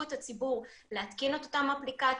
את הציבור להתקין את אותן אפליקציות,